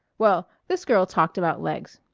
well, this girl talked about legs.